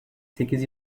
sekiz